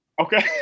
Okay